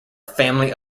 family